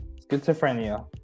schizophrenia